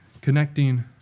connecting